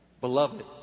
Beloved